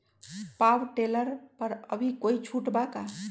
Power tiller पर अभी कोई छुट बा का?